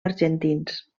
argentins